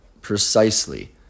Precisely